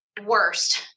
worst